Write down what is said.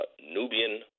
Nubian